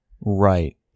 Right